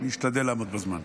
אני אשתדל לעמוד בזמן.